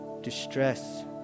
distress